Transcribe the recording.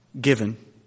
given